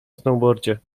snowboardzie